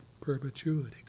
perpetuity